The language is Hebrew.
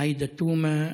עאידה תומא,